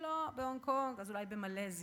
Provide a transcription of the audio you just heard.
אם לא בהונג-קונג אז אולי במלזיה,